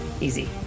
Easy